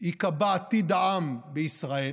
ייקבע עתיד העם בישראל.